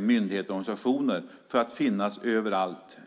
myndigheter och organisationer för att man ska finnas överallt.